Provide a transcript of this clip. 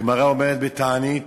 הגמרא אומרת בתענית: